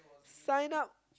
sign up